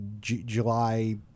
July